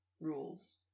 rules